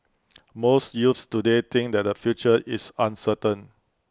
most youths today think that their future is uncertain